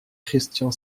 christian